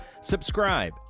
subscribe